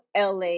la